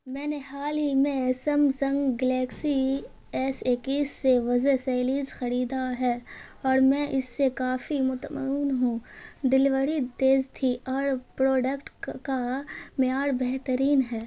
میں نے حال ہی میں سمسنگ گلیکسی ایس اکیس سے وجے سیلیز خریدا ہے اور میں اس سے کافی مطمئن ہوں ڈلیوری تیز تھی اور پروڈکٹ کا معیار بہترین ہے